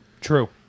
True